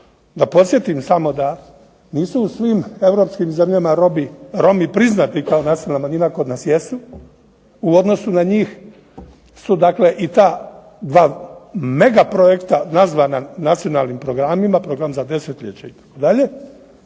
Da podsjetim samo da nisu u svim europskim zemljama Romi priznati kao nacionalna manjina, kod nas jesu. U odnosu na njih su dakle i ta dva megaprojekta nazvana nacionalnim programima, program za desetljeće itd.